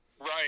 right